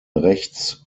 rechts